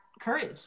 courage